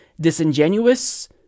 disingenuous